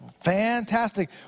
Fantastic